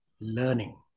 learning